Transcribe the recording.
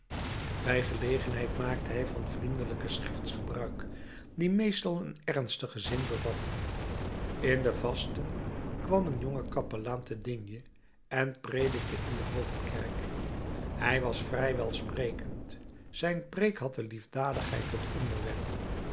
bij gelegenheid maakte hij van vriendelijke scherts gebruik die meestal een ernstigen zin bevatte in de vasten kwam een jonge kapelaan te digne en predikte in de hoofdkerk hij was vrij welsprekend zijn preek had de liefdadigheid tot onderwerp